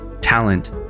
talent